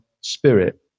spirit